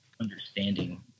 Understanding